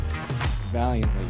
valiantly